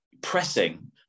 pressing